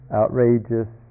outrageous